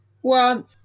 one